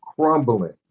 crumbling